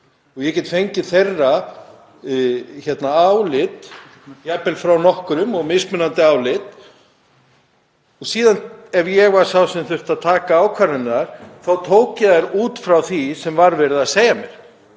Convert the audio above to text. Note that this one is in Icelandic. Ég get fengið þeirra álit, jafnvel frá nokkrum, og mismunandi álit, og síðan ef ég var sá sem þurfti að taka ákvarðanirnar þá tók ég þær út frá því sem var verið að segja mér.